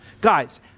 Guys